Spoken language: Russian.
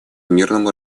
мирному